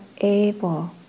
able